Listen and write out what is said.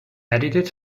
edited